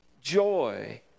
joy